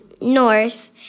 north